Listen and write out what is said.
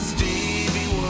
Stevie